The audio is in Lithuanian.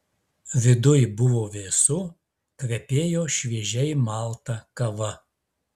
viduj buvo vėsu kvepėjo šviežiai malta kava